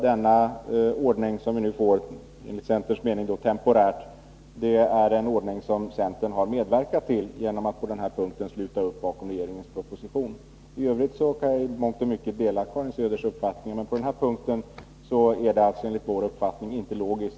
Den ordning som vi nu, enligt centerns mening temporärt, får har centern medverkat till genom att på denna punkt sluta upp bakom regeringens proposition. I övrigt kan jag i mångt och mycket dela Karin Söders uppfattning, men på den här punkten är den enligt vår mening inte logisk.